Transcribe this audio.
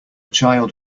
child